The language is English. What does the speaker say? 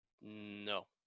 No